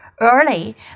early